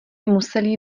museli